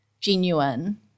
genuine